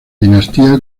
dinastía